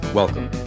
welcome